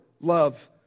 love